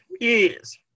yes